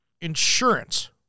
insurance